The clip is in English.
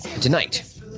Tonight